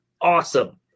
awesome